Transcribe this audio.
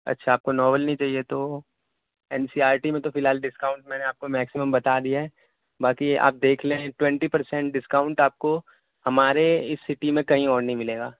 اچھا آپ کو ناول نہیں چاہیے تو این سی آر ٹی میں تو فی الحال ڈسکاؤنٹ میں نے آپ کو میکسیمم بتا دیا ہے باقی آپ دیکھ لیں ٹوئنٹی پر سنٹ ڈسکاؤنٹ آپ کو ہمارے اس سٹی میں کہیں اور نہیں ملے گا